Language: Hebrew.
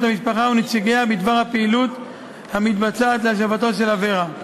המשפחה ונציגיה בדבר הפעילות המתבצעת להשבתו של אברה.